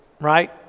right